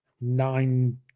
nine